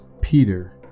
Peter